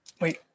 Wait